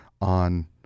on